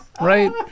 right